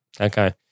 Okay